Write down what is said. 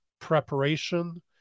preparation